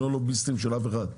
הם לא לוביסטים של אף אחד.